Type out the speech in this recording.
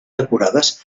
decorades